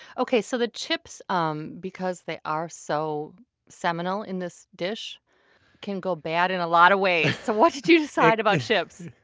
so the chips um because they are so seminal in this dish can go bad in a lot of ways. so what did you decide about chips?